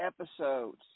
episodes